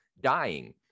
dying